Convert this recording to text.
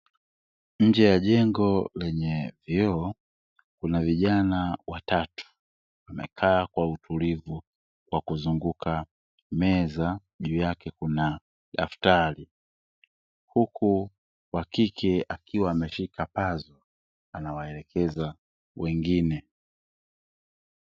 Nje ya jengo lenye vioo kuna vijana watatu wamekaa kwa utulivu kwa kuzunguka meza juu yake kuna daftari huku wakike akiwa ameshika puzzle anawaelekeza wengine.